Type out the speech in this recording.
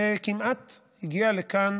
וכמעט הגיע לכאן